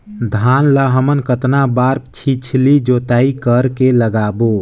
धान ला हमन कतना बार छिछली जोताई कर के लगाबो?